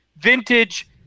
vintage